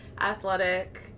athletic